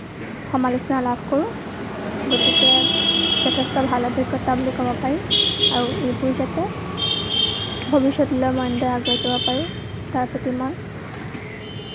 সমালোচনা লাভ কৰোঁ গতিকে যথেষ্ট ভাল অভিজ্ঞতা বুলি ক'ব পাৰি আৰু এইবোৰ যাতে ভবিষ্যতলৈও মই এনেকৈ আগুৱাই যাব পাৰিম তাৰ প্ৰতি মই